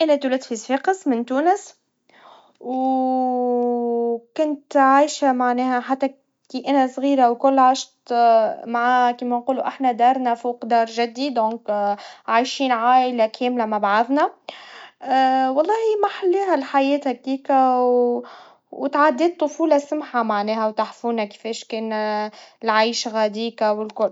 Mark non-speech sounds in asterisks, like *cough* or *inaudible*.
أنا اتولد في صفاقس من تونس, و *hesitation* كنت عايشا معناها حتى كي أنا صغيرا, وكل عشت مع كيما نقولوا إحنا دارنا فوق دار جدي, لذلك, عايشين عايلا كاملا مع بعضنا, والله محلاها الحياة هكيكا, و اتعديت طفولا سمحا معناها, وتحفونا كفاش كنا العايا غاديك والكل.